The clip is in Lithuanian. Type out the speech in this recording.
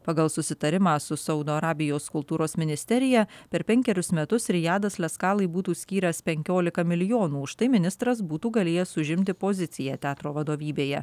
pagal susitarimą su saudo arabijos kultūros ministerija per penkerius metus rijadas le skalai būtų skyręs penkiolika milijonų už tai ministras būtų galėjęs užimti poziciją teatro vadovybėje